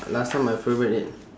last time my favourite i~